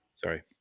Sorry